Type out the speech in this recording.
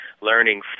learning